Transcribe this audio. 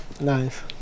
Nice